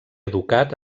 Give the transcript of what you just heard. educat